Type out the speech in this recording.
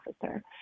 officer